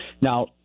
Now